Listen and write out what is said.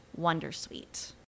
Wondersuite